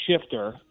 shifter